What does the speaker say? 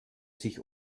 sich